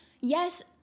yes